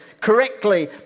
correctly